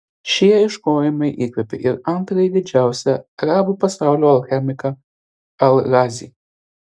šie ieškojimai įkvėpė ir antrąjį didžiausią arabų pasaulio alchemiką al razį